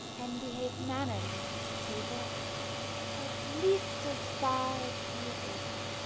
and behave mannerly at table at least as far as he is able.